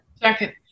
Second